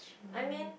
I mean